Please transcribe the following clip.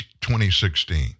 2016